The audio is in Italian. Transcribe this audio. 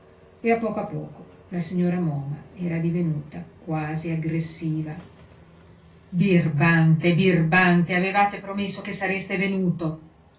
e a poco a poco la signora moma era divenuta quasi aggressiva birbante birbante avevate promesso che sareste venuto